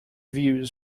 views